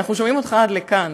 אנחנו שומעים אותך עד לכאן,